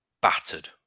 battered